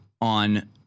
on